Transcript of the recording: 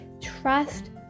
Trust